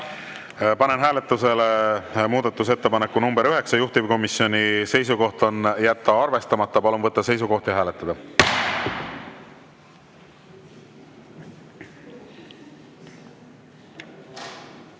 Panen hääletusele muudatusettepaneku nr 9, juhtivkomisjoni seisukoht on jätta arvestamata. Palun võtta seisukoht ja hääletada!